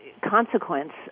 consequence